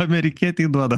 amerikietei duoda